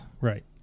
Right